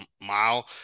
mile